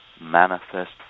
manifest